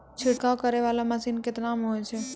छिड़काव करै वाला मसीन केतना मे होय छै?